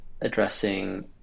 addressing